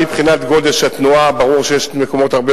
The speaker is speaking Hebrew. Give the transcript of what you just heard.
גם מבחינת גודש התנועה ברור שיש מקומות הרבה